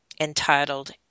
entitled